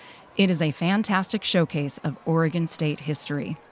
it is a fantastic showcase of oregon state history.